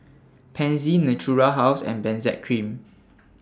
Pansy Natura House and Benzac Cream